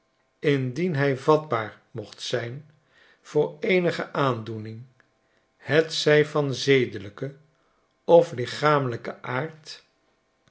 indian hij vatbaar mocht zijn voor eenige aandoening hetzij van zedelijken of lichamelijken aard